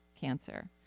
cancer